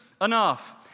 enough